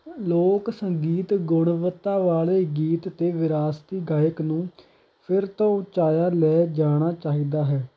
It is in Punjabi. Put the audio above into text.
ਲੋਕ ਸੰਗੀਤ ਗੁਣਵਤਾ ਵਾਲੇ ਗੀਤ ਅਤੇ ਵਿਰਾਸਤੀ ਗਾਇਕ ਨੂੰ ਫਿਰ ਤੋਂ ਉਚਾਇਆ ਲੈ ਜਾਣਾ ਚਾਹੀਦਾ ਹੈ